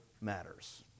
matters